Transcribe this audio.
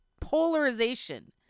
polarization